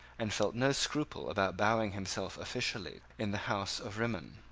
and felt no scruple about bowing himself officially in the house of rimmon.